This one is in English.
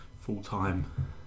full-time